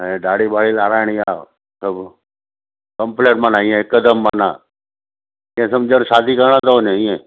ऐं दाड़ी बाड़ी लाराइणी आहे त कंप्लेट माना हीअं हिकदमि माना इहो समुझो शादी करण थो वञे इअं